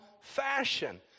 fashion